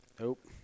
Nope